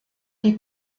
die